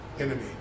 enemy